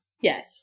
Yes